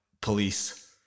police